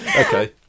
Okay